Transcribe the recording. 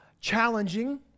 challenging